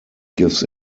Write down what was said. gives